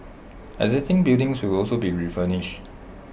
existing buildings will also be refurbished